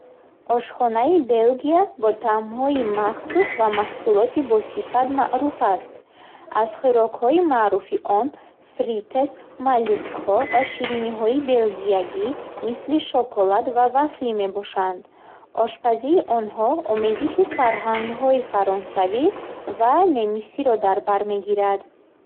Ошхонаи Белгия бо таъмҳои махсус ва маҳсулоти босифат маъруф аст. Аз хӯрокҳои маъруфи он фритес, моллюскҳо ва шириниҳои белгиягӣ, мисли шоколад ва вафли мебошанд. Ошпазии онҳо омезиши фарҳангҳои фаронсавӣ ва немисиро дар бар мегирад.